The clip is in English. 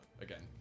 Again